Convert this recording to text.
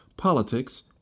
politics